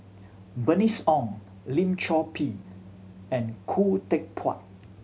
Bernice Ong Lim Chor Pee and Khoo Teck Puat